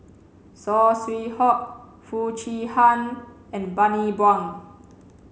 Saw Swee Hock Foo Chee Han and Bani Buang